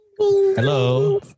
Hello